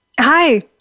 Hi